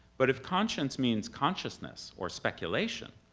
but if conscience means consciousness, or speculation,